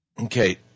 okay